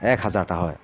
এক হাজাৰটা হয়